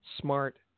smart